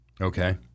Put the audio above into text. Okay